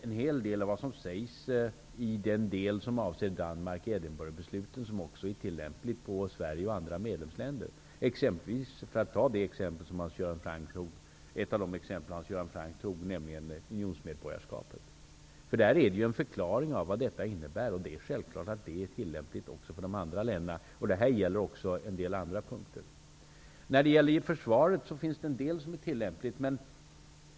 En hel del av det som sägs i den del av Edinburghbesluten som avser Danmark är också tillämpligt på Sverige och andra medlemsländer. Jag kan ge ett av de exempel som Hans Göran Franck gav, nämligen det om unionsmedborgarskapet. Det förklaras i besluten vad det innebär för Danmark, och det är självfallet tillämpligt också för de andra länderna. Det gäller också på en del andra punkter. När det gäller försvaret är en del tillämpligt.